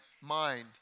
mind